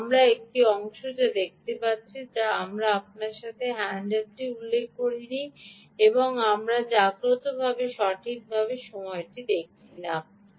সুতরাং আমরা একটি অংশ যা দেখতে পাচ্ছি যা আমি আপনার সাথে হ্যান্ডেলটি উল্লেখ করি নি তা হল আমরা জাগ্রত সময়টিকে সঠিকভাবে দেখছি না